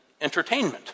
entertainment